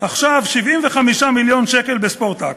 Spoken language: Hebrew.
עכשיו 75 מיליון ב"ספורטק",